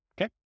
okay